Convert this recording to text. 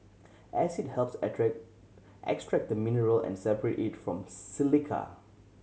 acid helps extract the mineral and separate it from silica